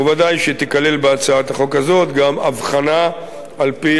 וודאי שתיכלל בהצעת החוק הזאת גם הבחנה על-פי